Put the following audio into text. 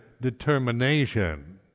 determination